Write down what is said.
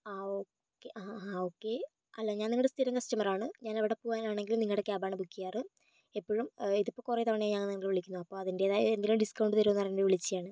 ആ ഓക്കേ ഹാ ആ ഓക്കേ അല്ല ഞാൻ നിങ്ങളുടെ സ്ഥിരം കസ്റ്റമറാണ് ഞാൻ എവിടെ പോവാനാണെങ്കിലും നിങ്ങളുടെ ക്യാബാണ് ബുക്ക് ചെയ്യാറ് എപ്പോഴും ഇത് ഇപ്പൊ കൊറേ തവണയായി നിങ്ങളെ വിളിക്കുന്നു അപ്പൊൾ അതിൻ്റെതായ എന്തെങ്കിലും ഡിസ്കൗണ്ട് തരുമോന്ന് അറിയാൻ വേണ്ടി വിളിച്ചതാണ്